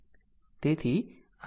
તેથી i 0 છે